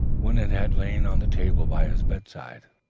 when it had lain on the table by his bedside.